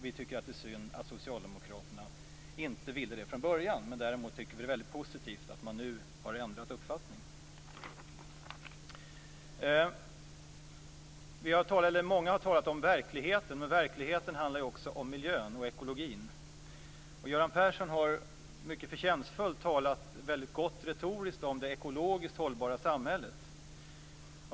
Vi tycker att det är synd att Socialdemokraterna inte ville det från början. Däremot tycker vi att det är väldigt positivt att man nu har ändrat uppfattning. Många har talat om verkligheten. Verkligheten handlar också om miljön och ekologin. Göran Persson har mycket förtjänstfullt talat väldigt gott retoriskt om det ekologiskt hållbara samhället.